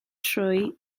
trwy